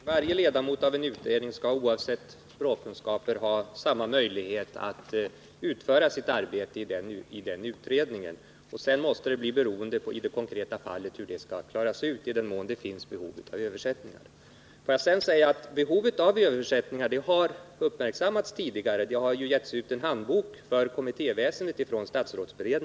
Herr talman! Jag vill upprepa min grundinställning: Varje ledamot av en utredning skall, oavsett språkkunskaper, ha samma möjligheter att utföra sitt arbete i utredningen. Sedan måste man i varje konkret fall bedöma huruvida det finns behov av översättningar. Behovet av översättningar har uppmärksammats tidigare. Statsrådsbered att minska antalet småstölder ningen har gett ut en handbok för kommittéväsendet.